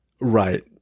right